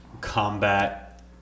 combat